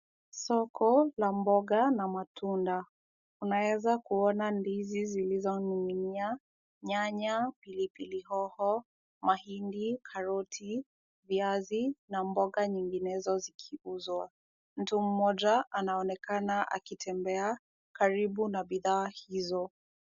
Soko la mboga na matunda. Unaweza kuona ndizi zilizoning'inia, nyanya, pilipili hoho, mahindi, karoti, viazi na mboga nyinginezo zikikuzwa. Mtu mmoja anaonekana akitembea karibu na bidhaa hizo.